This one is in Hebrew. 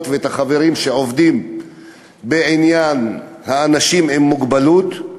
ואת החברים שעובדים בעניין אנשים עם מוגבלות.